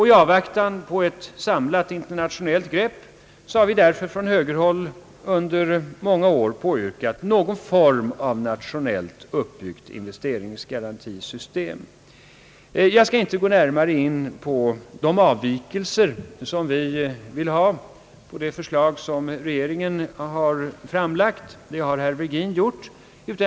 I avvaktan på ett samlande internationellt grepp har vi därför från högerhåll under många år påyrkat någon form av ett nationellt uppbyggt investeringsgarantisystem. Jag skall inte gå närmare in på de avvikelser som vi vill ha från det förslag som regeringen har framlagt. Det har herr Virgin redovisat.